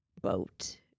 boat